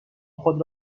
خود